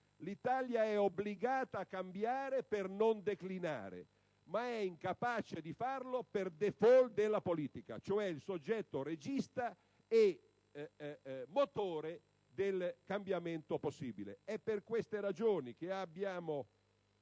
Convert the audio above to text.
l'Italia è obbligata a cambiare per non declinare ma è incapace di farlo per *default* della politica, cioè il soggetto regista e motore del cambiamento possibile. È per queste ragioni che abbiamo